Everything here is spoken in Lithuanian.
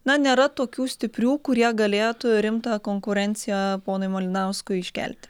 na nėra tokių stiprių kurie galėtų rimtą konkurenciją ponui malinauskui iškelti